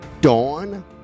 Dawn